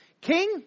King